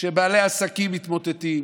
כשבעלי עסקים מתמוטטים